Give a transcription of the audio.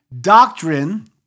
doctrine